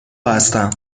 هستم